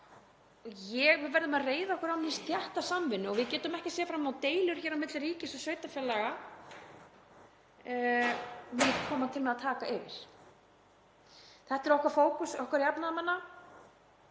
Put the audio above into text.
Við verðum að reiða okkur á þétta samvinnu og við getum ekki séð fram á að deilur hér á milli ríkis og sveitarfélaga muni koma til með að taka yfir. Þetta er okkar fókus, okkar jafnaðarmanna.